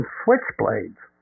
switchblades